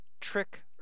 Trick